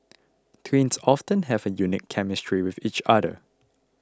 twins often have a unique chemistry with each other